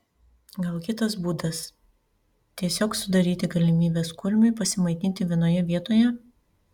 gal kitas būdas tiesiog sudaryti galimybes kurmiui pasimaitinti vienoje vietoje